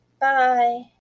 Bye